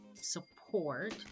support